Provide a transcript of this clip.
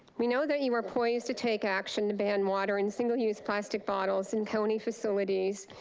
we know that you are poised to take action to ban water in single use plastic bottles in county facilities,